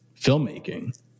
filmmaking